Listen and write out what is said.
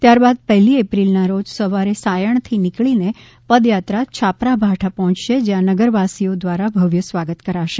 ત્યારબાદ પહેલી એપ્રિલના રોજ સવારે સાયણથી નીકળી પદયાત્રા છાપરાભાઠા પહોચશે જયાં નગરવાસીઓ દ્વારા ભવ્ય સ્વાગત કરાશે